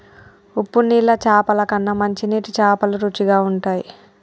ఉప్పు నీళ్ల చాపల కన్నా మంచి నీటి చాపలు రుచిగ ఉంటయ్